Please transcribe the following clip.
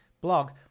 blog